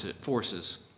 forces